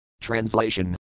Translation